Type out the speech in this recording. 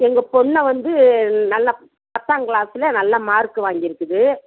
எங்கள் பொண்ணை வந்து நல்லா பத்தாம் க்ளாஸில் நல்ல மார்க் வாங்கி இருக்குது